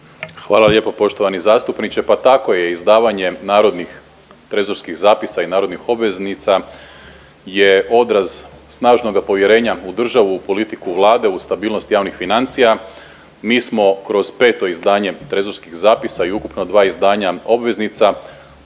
Hvala lijepo poštovani zastupniče. Pa tako je, izdavanjem narodnih trezorskih zapisa i narodnih obveznica je odraz snažnoga povjerenja u državu, politiku vlade, u stabilnost javnih financija. Mi smo kroz 5. izdanje trezorskih zapisa i ukupno 2 izdanja obveznica uspjeli